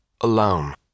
alone